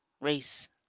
race